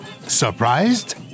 Surprised